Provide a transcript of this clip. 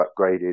upgraded